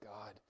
God